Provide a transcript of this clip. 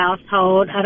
household